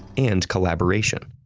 and collaboration.